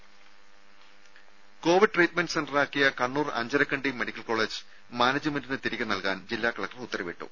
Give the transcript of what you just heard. രും covid treatment സെന്ററാക്കിയ Kannur Anjarakandy medical college മാനേജ്മെന്റിന് തിരികെ നൽകാൻ ജില്ലാ കലക്ടർ ഉത്തരവിട്ടു